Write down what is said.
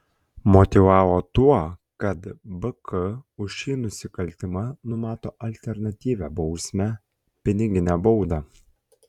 motyvavo tuo kad bk už šį nusikaltimą numato alternatyvią bausmę piniginę baudą